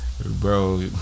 bro